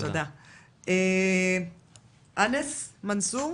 אנס מנסור,